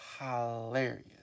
hilarious